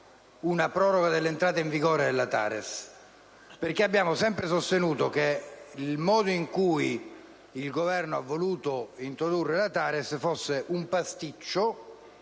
una proroga dell'entrata in vigore della TARES. Abbiamo sempre sostenuto che il modo con cui il Governo ha voluto introdurre la TARES fosse un pasticcio